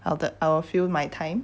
well the our fill in my time